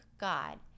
God